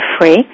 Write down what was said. Free